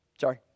Sorry